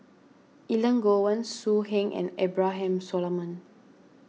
Elangovan So Heng and Abraham Solomon